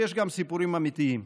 שיש גם סיפורים אמיתיים.